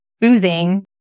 boozing